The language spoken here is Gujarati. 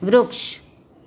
વૃક્ષ